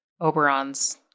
Oberon's